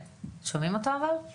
רוצה לשאול אותך שוב, גיא.